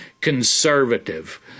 conservative